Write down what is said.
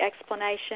explanation